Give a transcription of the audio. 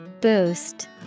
Boost